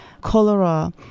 cholera